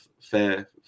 fair